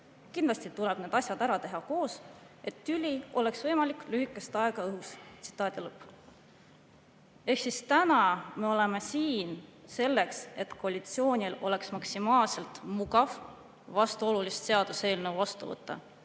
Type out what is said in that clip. Kindlasti tuleb need asjad ära teha koos, et see tüli oleks võimalikult lühikest aega õhus." Ehk siis täna me oleme siin selleks, et koalitsioonil oleks maksimaalselt mugav vastuolulist seaduseelnõu vastu võtta,